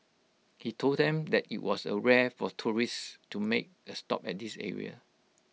he told them that IT was A rare for tourists to make A stop at this area